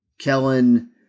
Kellen